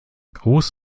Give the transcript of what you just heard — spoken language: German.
groß